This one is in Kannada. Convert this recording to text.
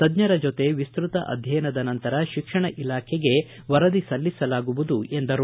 ತಜ್ಞರ ಜೊತೆ ವಿಸ್ತತ ಅಧ್ಯಯನದ ನಂತರ ಶಿಕ್ಷಣ ಇಲಾಖೆಗೆ ವರದಿ ಸಲ್ಲಿಸಲಾಗುವುದು ಎಂದರು